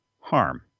harm